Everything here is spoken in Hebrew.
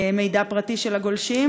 מידע פרטי של הגולשים?